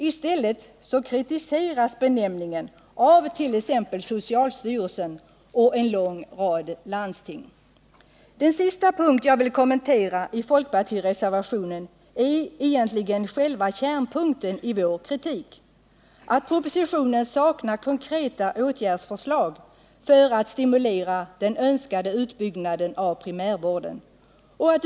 I stället kritiseras benämningen av t.ex. socialstyrelsen och en lång rad landsting. Den sista punkt jag vill kommentera i folkpartireservationen är egentligen själva kärnpunkten i vår kritik. Propositionen saknar konkreta åtgärdsförslag för att stimulera den önskade utbyggnaden av primärvården.